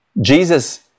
Jesus